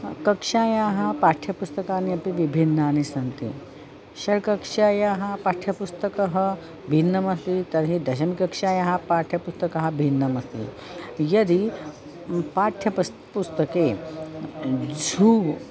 कक्षायाः पाठ्यपुस्तकानि अपि विभिन्नानि सन्ति षड् कक्षायाः पाठ्यपुस्तकं भिन्नमस्ति तर्हि दशमीकक्षायाः पाठ्यपुस्तकं भिन्नमस्ति यदि पाठ्यपुस्तके झूव्